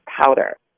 powder